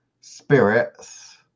spirits